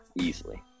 easily